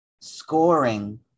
scoring